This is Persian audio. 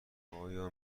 آیا